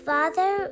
Father